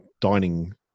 dining